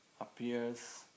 appears